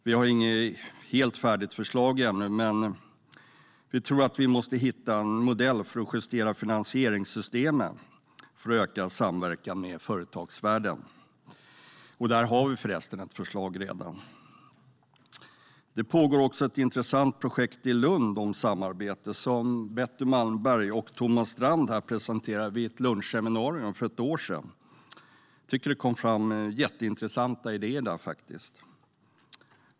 Vi har inget helt färdigt förslag ännu, men vi tror att vi måste hitta en modell för att justera finansieringssystemen för att öka samverkan med företagsvärlden. Där har vi förresten redan ett förslag. Det pågår ett intressant projekt i Lund om samarbete. Betty Malmberg och Thomas Strand presenterade det för ett år sedan vid ett lunchseminarium, där jag tycker att det kom fram jätteintressanta idéer.